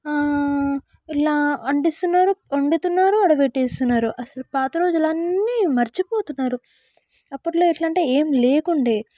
ఇట్లా అంటిస్తున్నారు వండుతున్నారు ఆడ పెట్టేస్తున్నారు అసలు పాత రోజులు అన్నీ మర్చిపోతున్నారు అప్పట్లో ఎట్లంటే ఏమి లేకుండే